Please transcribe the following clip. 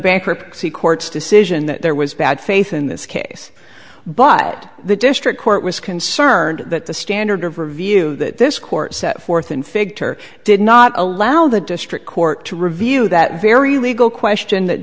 bankruptcy court's decision that there was bad faith in this case but the district court was concerned that the standard of review that this court set forth in fig her did not allow the district court to review that very legal question that